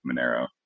Monero